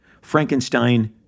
frankenstein